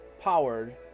powered